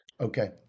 okay